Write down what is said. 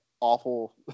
awful